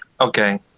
Okay